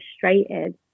frustrated